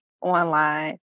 online